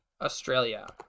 australia